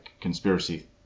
conspiracy